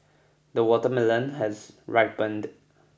the watermelon has ripened